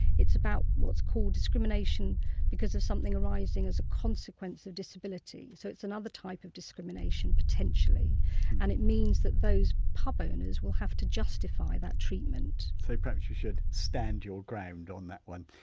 it's about what's called discrimination because of something arising as a consequence of disability, so it's another type of discrimination potentially and it means that those pub owners will have to justify that treatment so, perhaps you should stand your ground on that one.